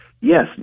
Yes